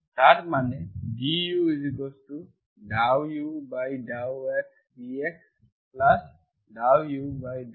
তার মানে du∂u∂x dx∂u∂y dy